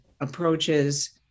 approaches